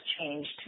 changed